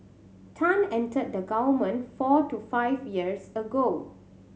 tan entered the government four to five years ago